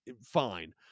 fine